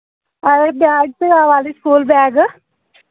అదే బ్యాగ్స్ కావాలి school bag